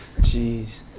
Jeez